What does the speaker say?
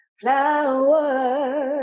flowers